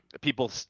people